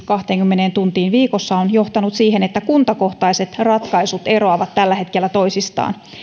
kahteenkymmeneen tuntiin viikossa on johtanut siihen että kuntakohtaiset ratkaisut eroavat tällä hetkellä toisistaan